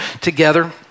together